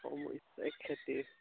সমস্যায়ে খেতিৰ